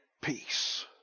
Peace